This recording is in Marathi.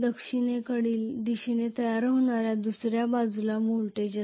दक्षिणेकडील दिशेने तयार होणाऱ्या दुसर्या बाजूला व्होल्टेज असेल